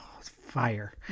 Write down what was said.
fire